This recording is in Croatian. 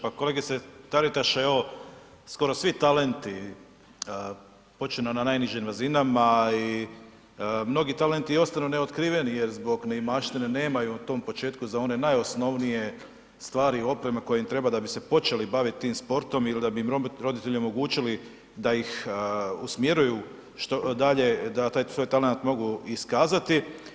Pa kolegice Taritaš evo skoro svi talenti počev na najnižim razinama i mnogi talenti ostanu ne otkriveni jer zbog neimaštine nemaju u tom početku za one najosnovnije stvari i opremu koja im treba da bi se počeli baviti tim sportom ili da bi im roditelji omogućili da ih usmjeruju dalje da taj svoj talent mogu iskazati.